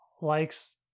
likes